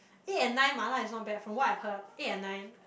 eight and nine mala is not bad from what I heard eight and nine